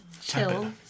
Chill